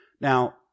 Now